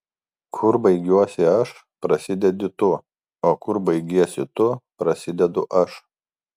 kur baigiuosi aš prasidedi tu o kur baigiesi tu prasidedu aš